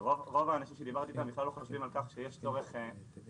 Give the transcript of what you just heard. רוב האנשים שדיברתי איתם בכלל לא חושבים על כך שיש צורך לפנות,